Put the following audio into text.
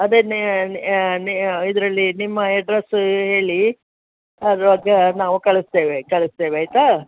ಅದೇ ಇದರಲ್ಲಿ ನಿಮ್ಮ ಆ್ಯಡ್ರೆಸ್ಸು ಹೇಳಿ ನಾವು ಕಳಿಸ್ತೇವೆ ಕಳಿಸ್ತೇವೆ ಆಯಿತಾ